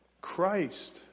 Christ